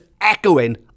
echoing